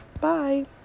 bye